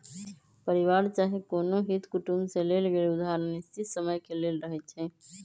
परिवार चाहे कोनो हित कुटुम से लेल गेल उधार अनिश्चित समय के लेल रहै छइ